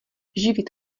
živit